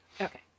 Okay